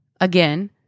again